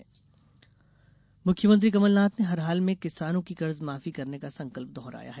फसल ऋण माफी योजना मुख्यमंत्री कमलनाथ ने हर हाल में किसानों की कर्ज माफी करने का संकल्प दोहराया है